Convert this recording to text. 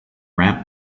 ramp